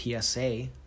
PSA